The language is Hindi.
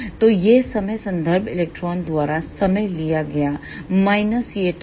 तो यह समय संदर्भ इलेक्ट्रॉन द्वारा समय लिया गया माइनस यह टाइम